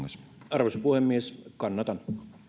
arvoisa puhemies kannatan